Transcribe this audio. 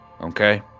Okay